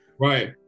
Right